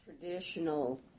traditional